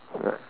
right